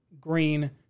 Green